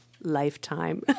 lifetime